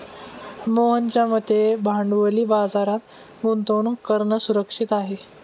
मोहनच्या मते भांडवली बाजारात गुंतवणूक करणं सुरक्षित आहे